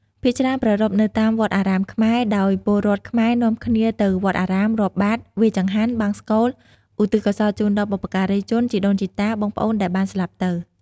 ភាគច្រើនប្រារព្ធនៅតាមវត្តអារាមខ្មែរ ដោយពលរដ្ឋខ្មែរនាំគ្នាទៅវត្តអារាម រាប់បាត្រ វេរចង្ហាន់ បង្សុកូល ឧទ្ទិសកុសលជូនដល់បុព្វការីជន ជីដូនជីតា បងប្អូនដែលបានស្លាប់ទៅ។